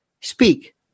Speak